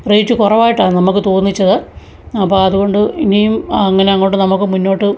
rate കുറവായിട്ടാണ് നമ്മൾക്ക് തോന്നിച്ചത് അപ്പോൾ അതുകൊണ്ട് ഇനിയും അങ്ങനെ അങ്ങോട്ട് നമുക്ക് മുന്നോട്ട്